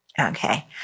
Okay